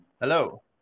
Hello